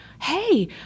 hey